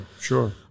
sure